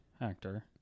Actor